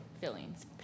feelings